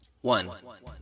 One